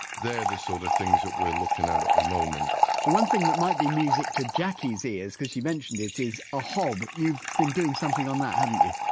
they're the sort of things that we're looking at, at the moment one thing that might be music to jackie's ears, because she mentioned it, is a hob. you've been doing something on that haven't you?